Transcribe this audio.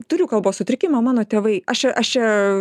turiu kalbos sutrikimą mano tėvai aš čia aš čia